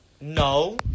No